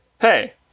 hey